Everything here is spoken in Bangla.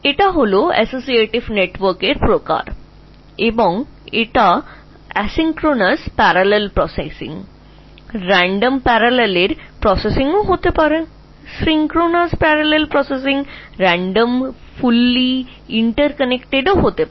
এটি অ্যাসোসিয়েটিভ নেটওয়ার্কের ধরণ এবং এটি asynchronous parallel processing বা random parallel processing হতে পারে synchronous parallel processing হতে পারে তারা এলোমেলোভাবে পুরোপুরি পরস্পরের সাথে সংযুক্ত হতে পারে